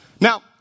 Now